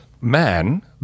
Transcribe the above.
Man